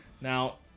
Now